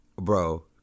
bro